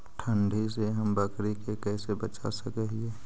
ठंडी से हम बकरी के कैसे बचा सक हिय?